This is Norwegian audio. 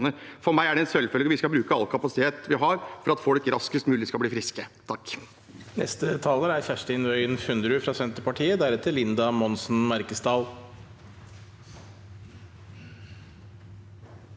For meg er det en selvfølge at vi skal bruke all kapasitet vi har, for at folk raskest mulig skal bli friske.